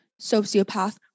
Sociopath